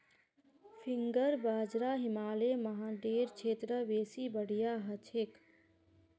finger बाजरा हिमालय पहाड़ेर क्षेत्रत बेसी बढ़िया हछेक